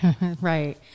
Right